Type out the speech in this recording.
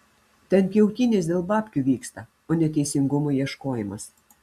ten pjautynės dėl babkių vyksta o ne teisingumo ieškojimas